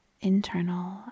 internal